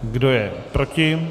Kdo je proti?